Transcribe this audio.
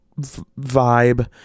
vibe